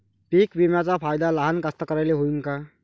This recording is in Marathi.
पीक विम्याचा फायदा लहान कास्तकाराइले होईन का?